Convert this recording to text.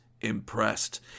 impressed